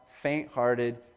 faint-hearted